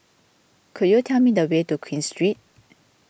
could you tell me the way to Queen Street